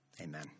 amen